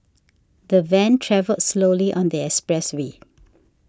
the van travelled slowly on the expressway